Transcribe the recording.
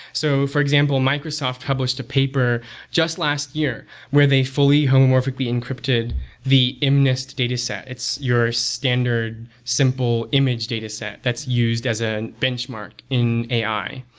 so for example, microsoft published a paper just last year where they fully homomorphically encrypted the mnist dataset. it's your standard simple image dataset that's used as a benchmark in ai.